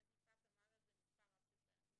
ובית משפט אחר את זה מספר רב של פעמים.